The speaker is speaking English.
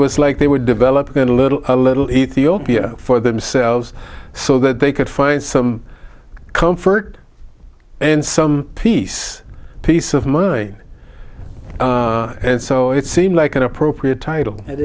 was like they would develop into little a little ethiopia for themselves so that they could find some comfort and some peace peace of mind and so it seemed like an appropriate title i